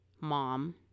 mom